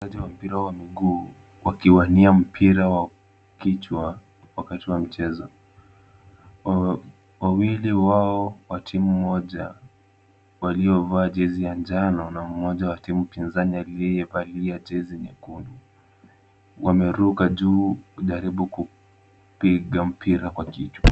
Wachezaji wa mpira wa miguu wakiwania mpira wa kichwa wakati wa mchezo. Wawili wao wa timu moja waliovaa jezi ya njano na mmoja wa timu pinzani aliyevalia jezi nyekundu. Wameruka juu kujaribu kupiga mpira kwa kichwa.